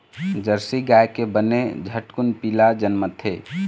Jersey गाय के बने झटकुन पिला जनमथे